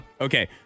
Okay